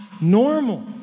normal